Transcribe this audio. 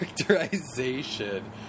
characterization